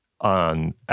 on